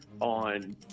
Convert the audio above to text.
on